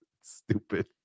Stupid